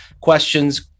questions